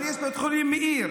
אבל יש בית חולים מאיר,